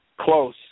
Close